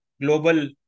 global